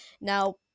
Now